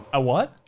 a what?